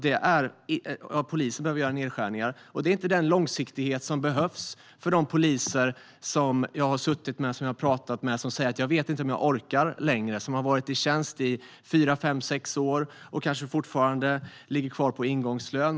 Detta är inte den långsiktighet som behövs för de poliser som jag har pratat med, som säger att de inte vet om de orkar längre, som har varit i tjänst i fyra fem sex år och kanske fortfarande ligger kvar på ingångslönen.